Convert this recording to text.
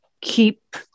keep